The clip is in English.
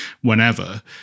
whenever